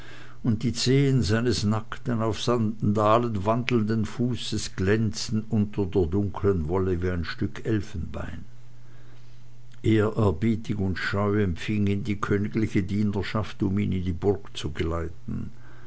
und die zehen seines nackten auf sandalen wandelnden fußes glänzten unter der dunkeln wolle hervor wie ein stück elfenbein ehrerbietig und scheu empfing ihn die königliche dienerschaft um ihn in die burg zu geleiten